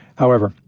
however,